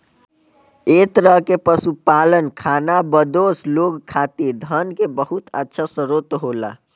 एह तरह के पशुपालन खानाबदोश लोग खातिर धन के बहुत अच्छा स्रोत होला